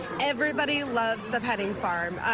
everybody loves the petting farm.